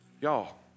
Y'all